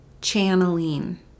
channeling